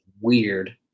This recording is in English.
weird